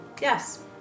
Yes